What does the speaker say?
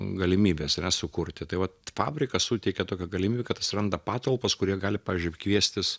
galimybės ane sukurti tai vat fabrikas suteikia tokią galimybę kad suranda patalpas kur jie gali pavyzdžiui kviestis